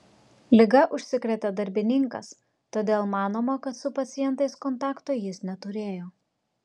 liga užsikrėtė darbininkas todėl manoma kad su pacientais kontakto jis neturėjo